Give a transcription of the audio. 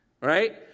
right